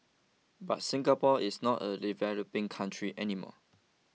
but Singapore is not a developing country any more